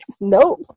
Nope